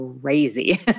crazy